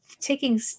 taking